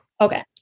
okay